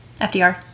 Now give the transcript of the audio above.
FDR